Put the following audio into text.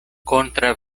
kontraŭ